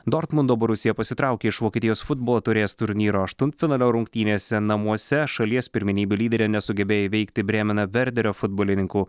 dortmundo borusija pasitraukė iš vokietijos futbolo taurės turnyro aštuntfinalio rungtynėse namuose šalies pirmenybių lyderė nesugebėjo įveikti brėmena verderio futbolininkų